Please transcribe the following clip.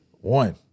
one